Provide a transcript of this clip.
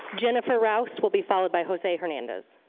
jennifer rouse will be followed by jose hernandez.